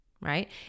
right